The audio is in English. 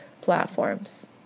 platforms